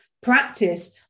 practice